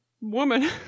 woman